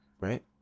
right